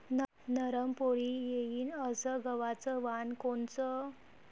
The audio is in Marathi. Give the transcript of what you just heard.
नरम पोळी येईन अस गवाचं वान कोनचं?